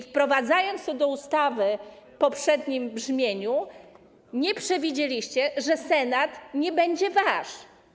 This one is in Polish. Wprowadzając to do ustawy w poprzednim brzmieniu, nie przewidzieliście, że Senat nie będzie wasz.